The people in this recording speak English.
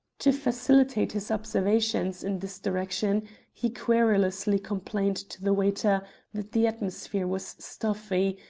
to facilitate his observations in this direction he querulously complained to the waiter that the atmosphere was stuffy,